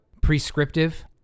prescriptive